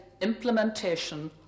implementation